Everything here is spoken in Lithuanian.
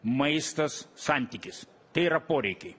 maistas santykis tai yra poreikiai